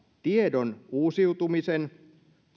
tiedon uusiutumisen